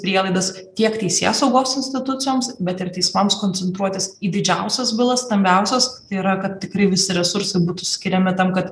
prielaidas tiek teisėsaugos institucijoms bet ir teismams koncentruotis į didžiausias bylas stambiausias tai yra kad tikrai visi resursai būtų skiriami tam kad